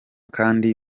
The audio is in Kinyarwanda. kandi